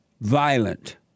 violent